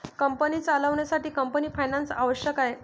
company चालवण्यासाठी company finance आवश्यक आहे